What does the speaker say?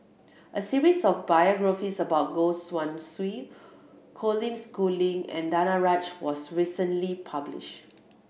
a series of biographies about Goh Guan Siew Colin Schooling and Danaraj was recently published